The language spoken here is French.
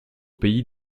pays